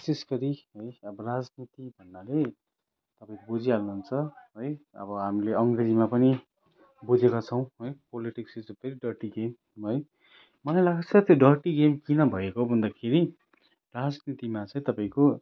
विशेष गरी है अब राजनीति भन्नाले अब बुझिहाल्नु हुन्छ है अब हाम्ले अङ्ग्रेजीमा पनि बुझेका छौँ है politics is a very dirty game है मलाई लाग्छ त्यो डर्टी गेम किन भएको भन्दाखेरि राजनीतिमा चाहिँ तपाईँको